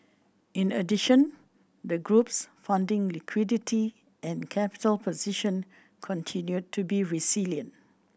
in addition the group's funding liquidity and capital position continued to be resilient